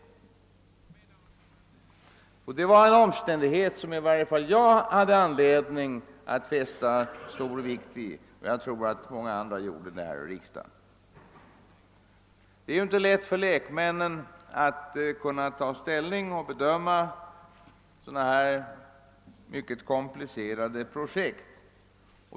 Det var en omständighet som i varje fall jag hade anledning att fästa stor vikt vid, och jag tror att många andra här i riksdagen också gjorde det. Det är ju inte lätt för lekmän att bedöma sådana här mycket komplicerade projekt.